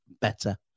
better